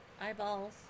Eyeballs